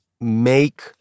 make